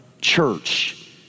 church